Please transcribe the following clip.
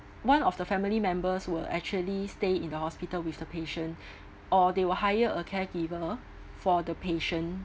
one of the family members will actually stay in the hospital with the patient or they will hire a caregiver for the patient